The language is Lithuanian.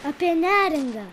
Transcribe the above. apie neringą